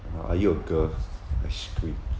are are you a girl ice cream